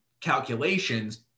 calculations